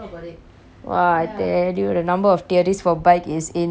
!wah! I tell you the number of theories for bike is insane